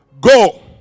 Go